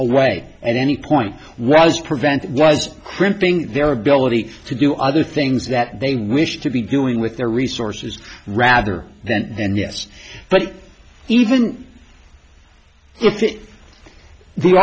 away at any point was prevent was crimping their ability to do other things that they wished to be doing with their resources rather than then yes but even if it the